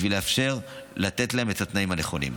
בשביל לאפשר לתת להם את התנאים הנכונים.